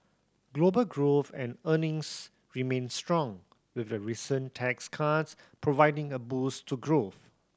global growth and earnings remain strong with the recent tax cuts providing a boost to growth